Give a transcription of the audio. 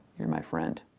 you're my friend.